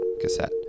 cassette